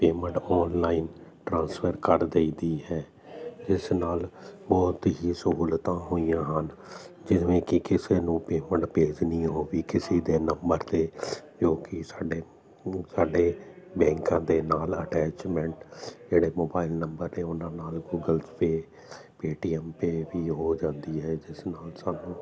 payment online transfer ਕਰ ਦਈਦੀ ਹੈ ਜਿਸ ਨਾਲ ਬਹੁਤ ਹੀ ਸਹੂਲਤਾਂ ਹੋਈਆਂ ਹਨ ਜਿਵੇਂ ਕਿ ਕਿਸੇ ਨੂੰ ਪੇਮੈਂਟ ਭੇਜਣੀ ਹੋਵੇ ਕਿਸੇ ਦੇ ਨੰਬਰ 'ਤੇ ਜੋ ਕਿ ਸਾਡੇ ਸਾਡੇ ਬੈਂਕਾਂ ਦੇ ਨਾਲ ਅਟੈਚਮੈਂਟ ਜਿਹੜੇ ਮੋਬਾਈਲ ਨੰਬਰ 'ਤੇ ਉਹਨਾਂ ਨਾਲ ਗੂਗਲ ਪੇ ਪੇਟੀਐਮ ਪੇ ਵੀ ਹੋ ਜਾਂਦੀ ਹੈ ਜਿਸ ਨਾਲ ਸਾਨੂੰ